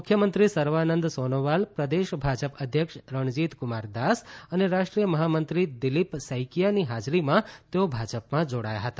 મુખ્યમંત્રી સર્વાનંદ સોનોવાલ પ્રદેશ ભાજપ અધ્યક્ષ રણજીત કુમાર દાસ અને રાષ્ટ્રીય મહામંત્રી દીલીપ સૈકિયાની હાજરીમાં તેઓ ભાજપમાં જોડાયા હતા